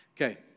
Okay